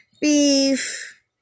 beef